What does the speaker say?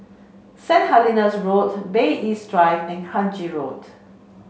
Saint Helena's Road Bay East Drive and Kranji Road